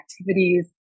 activities